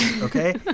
Okay